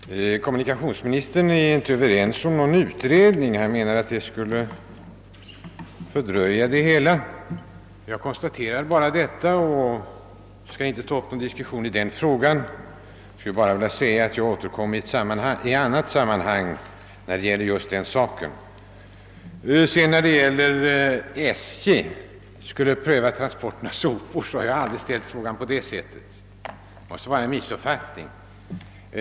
Herr talman! Kommunikationsministern är inte ense med oss om att det behövs en utredning; han anser att en sådana skulle fördröja det hela. Jag konstaterar bara detta och skall inte ta upp någon diskussion i den frågan — jag återkommer i ett annat sammanhang när det gäller just den saken. Att SJ skulle pröva transporten av sopor har jag aldrig sagt. Det måste vara en missuppfattning.